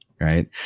Right